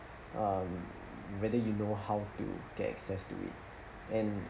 um whether you know how to get access to it and